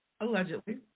Allegedly